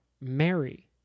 Mary